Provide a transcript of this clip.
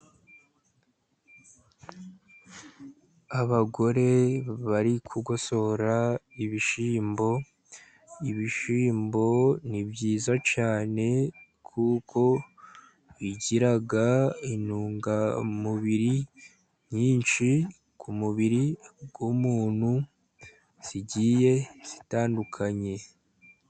Abagore bari gugosora ibishyimbo. Ibishyimbo ni byiza cyane, kuko bigira intungamubiri nyinshi ku mubiri w'umuntu zigiye zitandukanye.